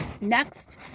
next